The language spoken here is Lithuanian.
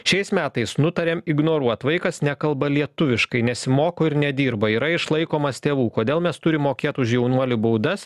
šiais metais nutarėm ignoruot vaikas nekalba lietuviškai nesimoko ir nedirba yra išlaikomas tėvų kodėl mes turim mokėt už jaunuolį baudas